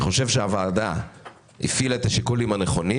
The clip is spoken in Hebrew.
אני חושב שהוועדה הפעילה את השיקולים הנכונים